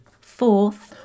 Fourth